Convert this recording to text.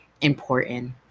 important